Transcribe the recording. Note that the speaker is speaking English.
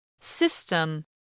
System